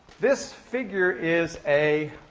this figure is a